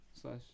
slash